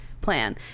plan